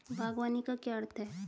बागवानी का क्या अर्थ है?